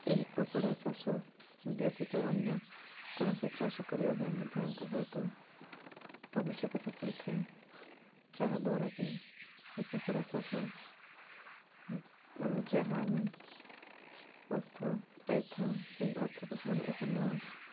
ଏହି କୁକୁଡ଼ା ଚାଷ ବ୍ୟତୀତ ଅନ୍ୟ କୌଣସି ଚାଷ କରିବା ପାଇଁ ମଧ୍ୟ ଆମକୁ ବହୁତ ଆବଶ୍ୟକତା ପଡ଼ିଥାଏ ଯାହାଦ୍ୱାରା କିି ଏ କୁକୁଡ଼ା ଚାଷରୁ ଯାହା ଆମେ ଅର୍ଥ ପାଇଥାଉ ସେଇ ଅର୍ଥକୁ ପୁଣି ଏକ ନୂଆ